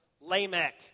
Lamech